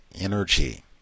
energy